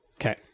Okay